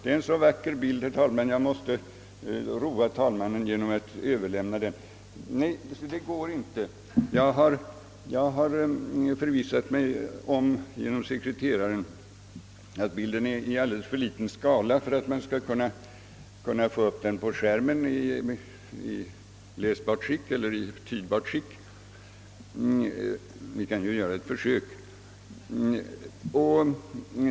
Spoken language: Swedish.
Det är en så vac ker bild, herr talman, att jag måste roa talmannen med att visa den. Men bilden är tyvärr i för liten skala för att man skall kunna se den tydligt på TV skärmen.